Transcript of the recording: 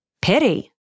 Pity